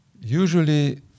usually